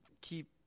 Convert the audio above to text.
keep